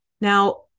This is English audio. Now